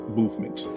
movement